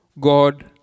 God